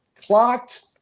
Clocked